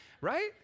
right